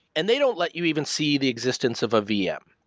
and they don't let you even see the existence of a vm,